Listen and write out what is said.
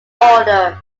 order